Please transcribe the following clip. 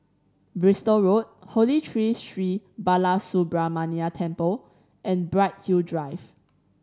Bristol Road Holy Tree Sri Balasubramaniar Temple and Bright Hill Drive